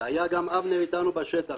היה גם אבנר אתנו בשטח.